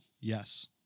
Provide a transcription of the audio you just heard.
Yes